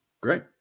Great